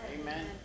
Amen